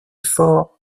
fort